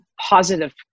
positive